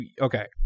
okay